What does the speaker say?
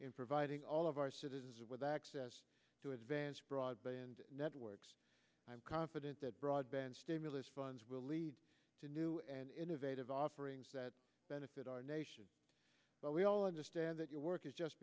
in providing all of our citizens with access to advanced broadband networks i'm confident that broadband stimulus funds will lead to new and innovative offerings that benefit our nation but we all understand that your work is just